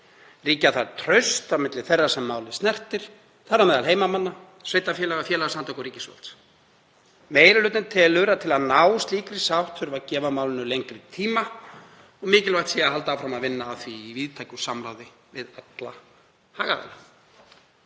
Ríkja þarf traust á milli þeirra sem málið snertir, þar á meðal heimamanna, sveitarfélaga, félagasamtaka og ríkisvaldsins. Meiri hlutinn telur að til að ná slíkri sátt þurfi að gefa málinu lengri tíma og mikilvægt sé að halda áfram að vinna að því í víðtæku samráði við alla hagaðila.“